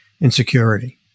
insecurity